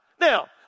Now